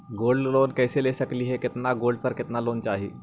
Gold loan कैसे ले सकली हे, कितना गोल्ड पर कितना लोन चाही?